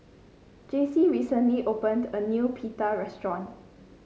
Jaycie recently opened a new Pita restaurant